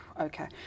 Okay